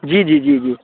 जी जी जी जी